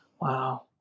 Wow